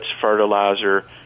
fertilizer